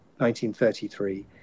1933